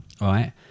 right